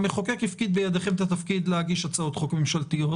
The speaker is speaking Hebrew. המחוקק הפקיד בידיכם את התפקיד להגיש הצעות חוק ממשלתיות